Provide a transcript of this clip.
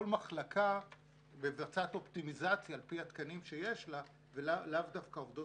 כל מחלקה מבצעת אופטימיזציה על פי התקנים שיש לה ולאו דווקא עובדות